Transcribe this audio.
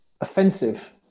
offensive